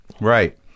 Right